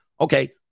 Okay